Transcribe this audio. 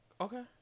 Okay